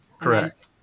correct